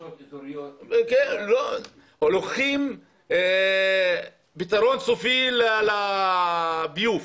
--- לוקחים פתרון סופי לביוב.